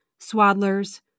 swaddlers